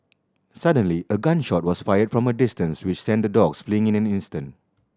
suddenly a gun shot was fired from a distance which sent the dogs fleeing in an instant